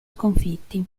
sconfitti